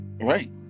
Right